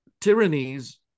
tyrannies